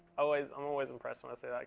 always um always impressed when i see like